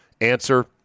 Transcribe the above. Answer